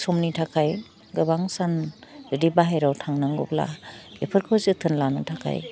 समनि थाखाय गोबां सान बिदि बाहेराव थांनांगौब्ला बेफोरखौ जोथोन लानो थाखाय